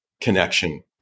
connection